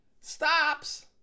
stops